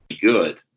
good